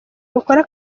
mukora